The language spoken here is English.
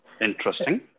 Interesting